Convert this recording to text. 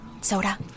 Soda